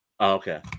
Okay